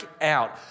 out